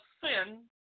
sin